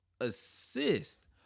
assist